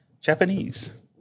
Japanese